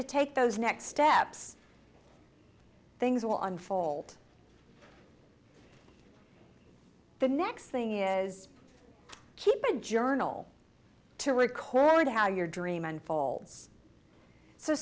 to take those next steps things will unfold the next thing is keep a journal to record how your dream unfolds so